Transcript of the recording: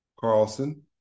Carlson